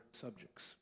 subjects